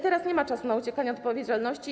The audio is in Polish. Teraz nie ma czasu na uciekanie od odpowiedzialności.